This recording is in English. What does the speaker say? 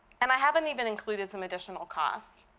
and i haven't even included some additional costs.